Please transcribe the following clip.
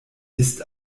ist